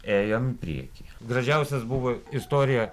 ėjom į priekį gražiausias buvo istorija